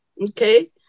Okay